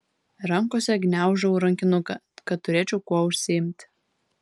rankose gniaužau rankinuką kad turėčiau kuo užsiimti